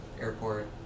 airport